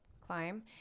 climb